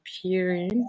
appearing